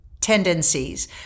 tendencies